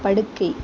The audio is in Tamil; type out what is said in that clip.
படுக்கை